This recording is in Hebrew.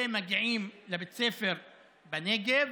ומגיעים לבית ספר בנגב,